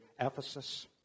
Ephesus